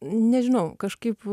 nežinau kažkaip